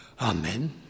Amen